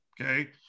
okay